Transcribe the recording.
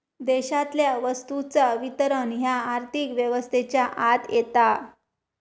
देशातल्या वस्तूंचा वितरण ह्या आर्थिक व्यवस्थेच्या आत येता